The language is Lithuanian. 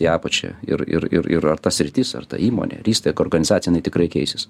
į apačią ir ir ir ir ar ta sritis ar ta įmonė ar įstaiga organizacija jinai tikrai keisis